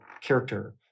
character